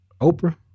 Oprah